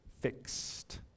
fixed